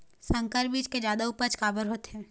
संकर बीज के जादा उपज काबर होथे?